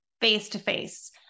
face-to-face